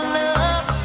love